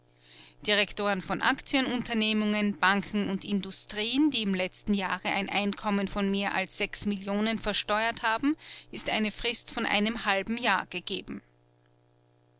direktoren von aktienunternehmungen banken und industrien die im letzten jahre ein einkommen von mehr als sechs millionen versteuert haben ist eine frist von einem halben jahr gegeben